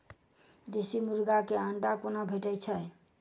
देसी मुर्गी केँ अंडा कोना भेटय छै?